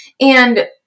and-